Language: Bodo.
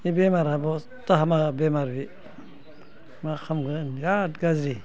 बे बेमाराबोथ' हामा बेमार बे मा खालामगोन बिराद गाज्रि